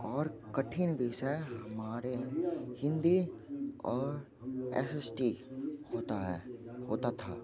और कठिन विषय हमारे हिंदी और एस एस टी होता है होता था